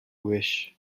wish